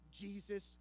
Jesus